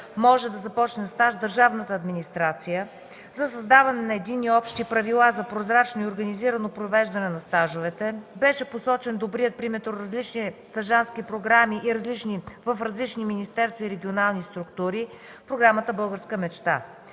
може да започне стаж в държавната администрация, за създаване на единни общи правила за прозрачно и организирано провеждане на стажовете. Беше посочен добрият пример от различни стажантски програми в различни министерства и регионални структури – Програмата „Българската мечта”.